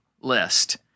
list